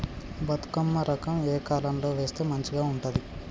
బతుకమ్మ రకం ఏ కాలం లో వేస్తే మంచిగా ఉంటది?